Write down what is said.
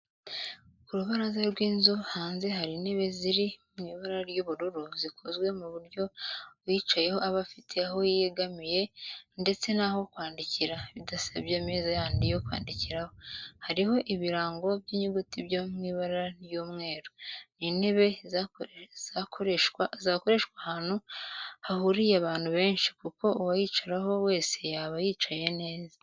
Ku rubaraza rw'inzu hanze hari intebe ziri mu ibara ry'ubururu zikozwe ku buryo uyicayeho aba afite aho yegamira ndetse n'aho kwandikira bidasabye ameza yandi yo kwandikiraho, hariho ibirango by'inyuguti byo mu ibara ry'umweru. Ni intebe zakoreshwa ahantu hahuriye abantu benshi kuko uwayicaraho wese yaba yicaye neza.